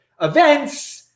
events